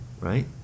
right